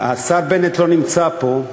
השר בנט לא נמצא פה,